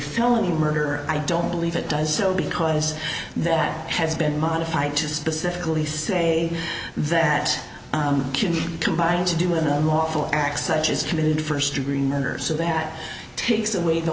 felony murder i don't believe it does so because that has been modified to specifically say that can be combined to do an unlawful acts such as committed first degree murder so that takes away the